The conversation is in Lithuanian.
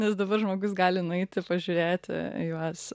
nes dabar žmogus gali nueiti pažiūrėti juos